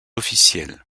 officiels